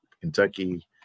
Kentucky